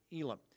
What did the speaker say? Elam